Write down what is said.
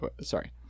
Sorry